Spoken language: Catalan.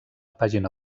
pàgina